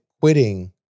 quitting